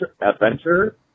adventure